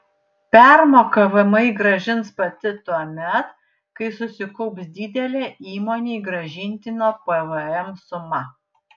permoką vmi grąžins pati tuomet kai susikaups didelė įmonei grąžintino pvm suma